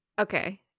Okay